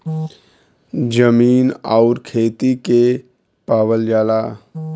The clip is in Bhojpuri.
जमीन आउर खेती के पावल जाला